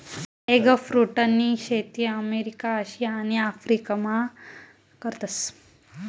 एगफ्रुटनी शेती America, Asia आणि आफरीकामा करतस